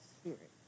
Spirit